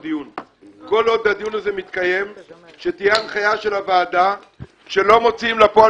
כל עוד הדיון הזה מתקיים אבקש שתהיה הנחיה של הוועדה שלא מוציאים לפועל